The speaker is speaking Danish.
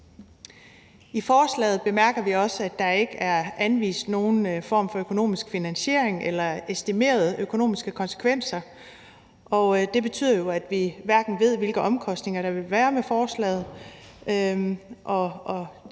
også, at der i forslaget ikke er anvist nogen form for økonomisk finansiering eller estimerede økonomiske konsekvenser. Det betyder, at vi ikke ved, hvilke omkostninger der vil være med forslaget.